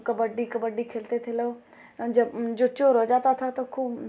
कबड्डी कबड्डी खेलते थे लोग जब जो चोर हो जाता था तो खूब